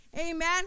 Amen